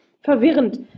verwirrend